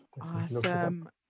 Awesome